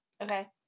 Okay